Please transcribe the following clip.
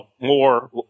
More